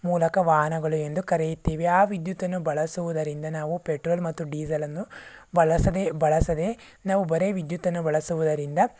ಮೂಲಕ ವಾಹನಗಳು ಎಂದು ಕರೆಯುತ್ತೇವೆ ಆ ವಿದ್ಯುತ್ತನ್ನು ಬಳಸುವುದರಿಂದ ನಾವು ಪೆಟ್ರೋಲ್ ಮತ್ತು ಡೀಸಲನ್ನು ಬಲಸದೇ ಬಳಸದೇ ನಾವು ಬರೇ ವಿದ್ಯುತ್ತನ್ನು ಬಳಸುವುದರಿಂದ